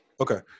Okay